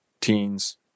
teens